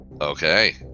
Okay